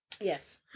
Yes